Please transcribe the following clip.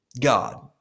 God